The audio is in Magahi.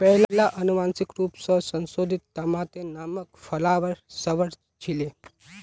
पहिला अनुवांशिक रूप स संशोधित तमातेर नाम फ्लावर सवर छीले